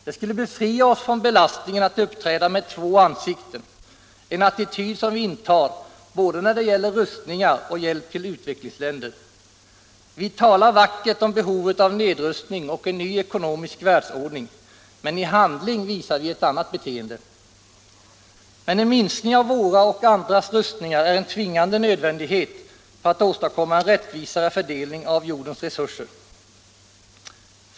Det skulle befria oss från belastningen att uppträda med två ansikten, en attityd som vi intar både när det gäller rustningar och när det handlar om hjälp till utvecklingsländer. Vi talar vackert om behovet av nedrustning och en ny ekonomisk världsordning, men i handling visar vi ett annat beteende. Men en minskning av våra och andras rustningar är en tvingande nödvändighet för att åstadkomma en rättvisare fördelning av jordens resurser.